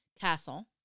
castle